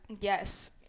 Yes